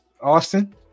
Austin